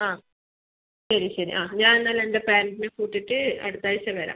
ആ ശരി ശരി ആ ഞാൻ എന്നാൽ എൻ്റെ പാരന്റ്സിനെ കൂട്ടീട്ട് അടുത്താഴ്ച വരാം